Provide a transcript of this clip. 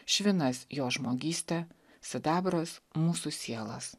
švinas jo žmogystę sidabras mūsų sielas